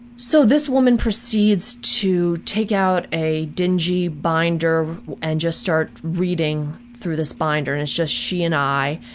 so this woman proceeds to take out a dingy binder and just start reading through this binder. and it's just she and i,